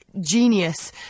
genius